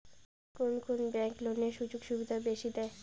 কুন কুন ব্যাংক লোনের সুযোগ সুবিধা বেশি দেয়?